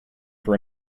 for